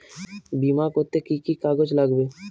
বিমা করতে কি কি কাগজ লাগবে?